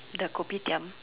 the Kopitiam